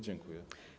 Dziękuję.